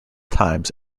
times